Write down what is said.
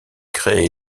créé